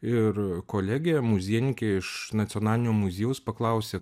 ir kolegė muziejininkė iš nacionalinio muziejaus paklausė